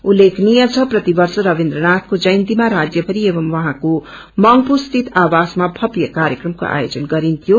उत्लेखनीय छ प्रतिवर्ष रवीन्द्र नाथको जयन्तीमा राज्य भरि एवमू उईईको मुगपूसीत आवासमा भव्य कार्यक्रमको आयोजन गरिन्थ्यो